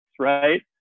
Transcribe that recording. right